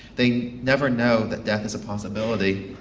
they never know that death is a possibility.